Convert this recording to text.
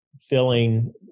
filling